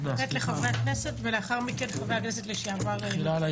לתת לחברי הכנסת ולאחר מכן חבר הכנסת לשעבר מיכאל בן ארי.